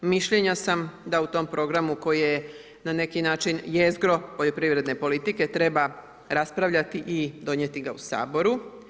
Mišljenja sam da u tom programu koji je na neki način jezgra poljoprivredne politike treba raspravljati i donijeti ga u Saboru.